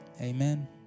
Amen